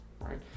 right